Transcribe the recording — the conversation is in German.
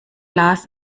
las